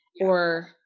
or-